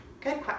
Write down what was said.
good